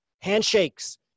handshakes